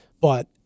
But-